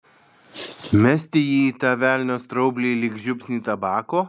mesti jį į tą velnio straublį lyg žiupsnį tabako